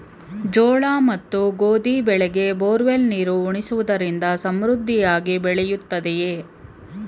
ಜೋಳ ಮತ್ತು ಗೋಧಿ ಬೆಳೆಗೆ ಬೋರ್ವೆಲ್ ನೀರು ಉಣಿಸುವುದರಿಂದ ಸಮೃದ್ಧಿಯಾಗಿ ಬೆಳೆಯುತ್ತದೆಯೇ?